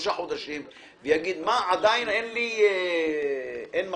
שלושה חודשים ויגיד: עדיין אין מכשירים,